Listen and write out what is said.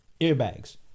Airbags